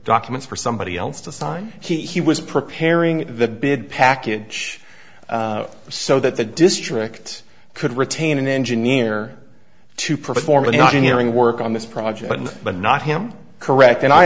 documents for somebody else to sign he was preparing the bid package so that the district could retain an engineer to perform an engineering work on this project but not him correct and i